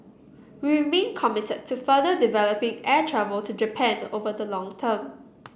we remain committed to further developing air travel to Japan over the long term